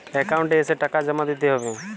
Account এসে টাকা জমা দিতে হবে?